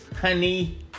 honey